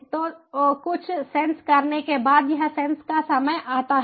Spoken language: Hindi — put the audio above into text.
तो तो कुछ सेन्स करने के बाद यह सेन्स का समय आता है